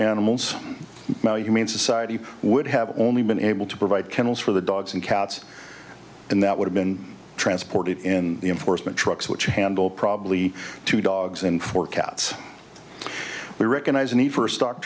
animals well human society would have only been able to provide kennels for the dogs and cats and that would have been transported in the enforcement trucks which handle probably two dogs and four cats we recognize in the first stock